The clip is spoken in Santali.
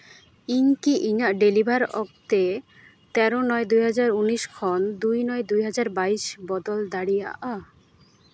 ᱤᱧ ᱠᱤ ᱤᱧᱟᱹᱜ ᱰᱮᱞᱤᱷᱟᱨ ᱚᱠᱛᱮ ᱛᱮᱨᱚ ᱱᱚᱭ ᱫᱩᱭᱦᱟᱡᱟᱨ ᱩᱱᱤᱥ ᱠᱷᱚᱱ ᱫᱩᱭ ᱱᱚᱭ ᱫᱩᱭᱦᱟᱡᱟᱨ ᱵᱟᱭᱤᱥ ᱵᱚᱫᱚᱞ ᱫᱟᱲᱮᱭᱟᱜᱼᱟ